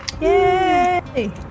Yay